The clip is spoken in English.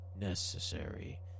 necessary